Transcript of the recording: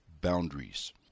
boundaries